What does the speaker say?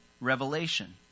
revelation